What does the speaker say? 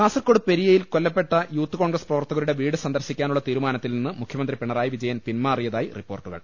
കാസർകോട് പെരിയയിൽ കൊല്ലപ്പെട്ട യൂത്ത് കോൺഗ്രസ് പ്രവർത്തകരുടെ വീട് സന്ദർശിക്കാ നുള്ള് തീരുമാനത്തിൽ നിന്ന് മുഖ്യമന്ത്രി പിണറായി വിജയൻ പിൻമാറിയതായി റിപ്പോർട്ടുകൾ